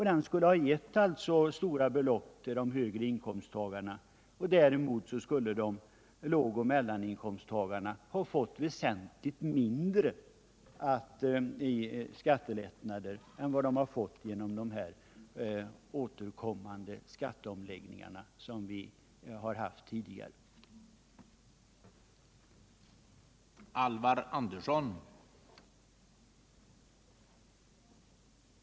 Den skulle alltså ha givit stora belopp till de högre inkomsttagarna. Däremot skulle låg och mellaninkomsttagarna ha fått väsentligt mindre i skattelättnad än de fått genom de återkommande skatteomläggningar som vi gjort under denna period.